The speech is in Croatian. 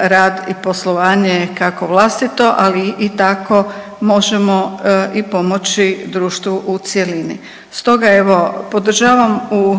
rad i poslovanje kako vlastito, ali i tako možemo i pomoći društvu u cjelini. Stoga evo podržavam u